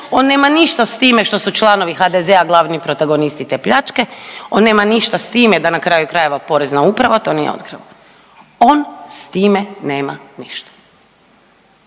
on nema ništa s time što su članovi HDZ-a glavni protagonisti te pljačke, on nema ništa s time da na kraju krajeva porezna uprava to nije otkrila, on s time nema ništa.